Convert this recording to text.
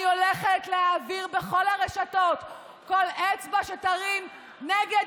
אני הולכת להעביר בכל הרשתות כל אצבע שתרים נגד,